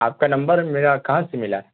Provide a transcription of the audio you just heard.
آپ کا نمبر میرا کہاں سے ملا